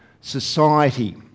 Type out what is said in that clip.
society